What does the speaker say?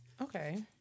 Okay